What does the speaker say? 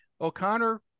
O'Connor